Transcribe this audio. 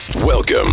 Welcome